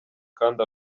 kandi